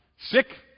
Sick